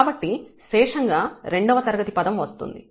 కాబట్టి శేషం గా రెండవ తరగతి పదం వస్తుంది